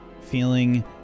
feeling